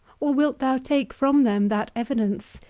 or wilt thou take from them that evidence,